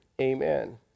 Amen